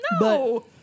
No